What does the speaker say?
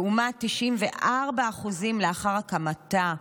לעומת 94% לאחר הקמתה.